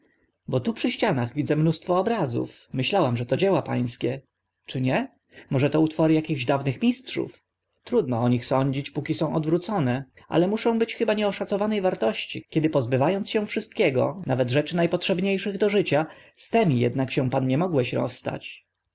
bo tu przy ścianach widzę mnóstwo obrazów myślałam że to dzieła pańskie czy nie może to utwory akich dawnych mistrzów trudno o nich sądzić póki są odwrócone ale muszą być chyba nieoszacowane wartości kiedy pozbywa ąc się wszystkiego nawet rzeczy na potrzebnie szych do życia z tymi ednak pan się nie mogłeś rozstać